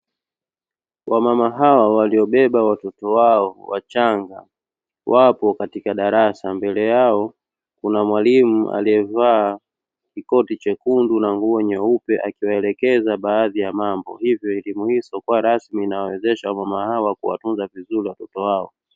Wamama hawa waliobeba watoto wao wachanga wapo katika darasa, mbele yao kuna mwalimu aliyevaa kikoti chekundu na nguo nyeupe akiwaelekeza baadhi ya mambo. Hivyo elimu hii isio rasmi inawawezesha wamama hawa kutunza vizuri watoto wao.